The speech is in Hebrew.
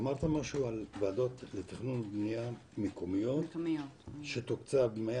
אמרת משהו על ועדות לתכנון ובנייה מקומיות שתוקצב 100